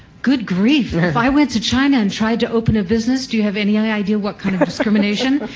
good grief, if i went to china and tried to open a business, do you have any idea what kind of discrimination?